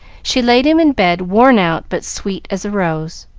she laid him in bed, worn out, but sweet as a rose.